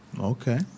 Okay